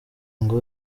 ngo